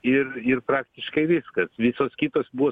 ir ir praktiškai viskas visos kitos buvo